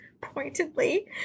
pointedly